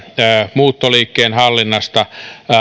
muuttoliikkeen hallinnasta